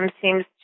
seems